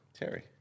Terry